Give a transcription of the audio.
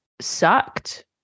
sucked